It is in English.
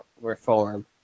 reform